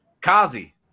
Kazi